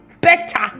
better